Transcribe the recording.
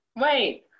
wait